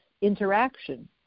interaction